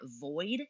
void